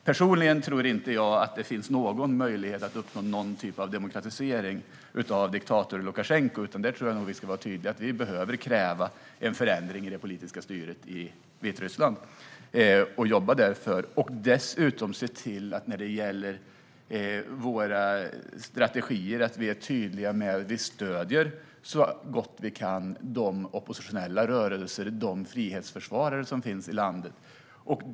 Personligen tror inte jag att det finns någon möjlighet att uppnå någon typ av demokratisering av diktatorn Lukasjenko, utan jag tror att vi behöver vara tydliga och kräva en förändring i det politiska styret av Vitryssland och att vi behöver jobba för detta. Dessutom ska vi se till att vi är tydliga i våra strategier med att vi så gott vi kan stöder de oppositionella rörelser och de frihetsförsvarare som finns i landet.